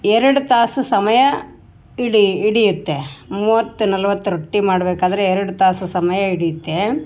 ಎರಡು ತಾಸು ಸಮಯ ಹಿಡಿ ಹಿಡಿಯತ್ತೆ ಮೂವತ್ತು ನಲವತ್ತು ರೊಟ್ಟಿ ಮಾಡಬೇಕಾದ್ರೆ ಎರಡು ತಾಸು ಸಮಯ ಹಿಡಿಯುತ್ತೆ